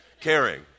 caring